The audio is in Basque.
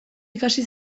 ikasi